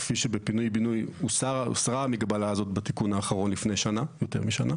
כפי שבפינוי בינוי הוסרה המגבלה הזאת בתיקון האחרון לפני יותר משנה,